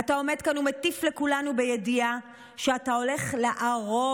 אתה עומד כאן ומטיף לכולנו בידיעה שאתה הולך להרוס